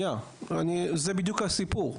זה בדיוק הסיפור.